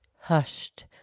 Hushed